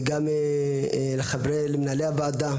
גם למנהלי הוועדה,